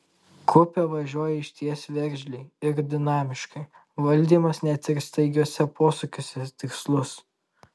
kupė važiuoja išties veržliai ir dinamiškai valdymas net ir staigiuose posūkiuose tikslus